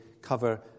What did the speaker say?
cover